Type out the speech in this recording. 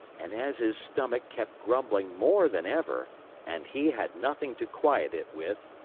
and as his stomach kept grumbling more than ever and he had nothing to quiet it with,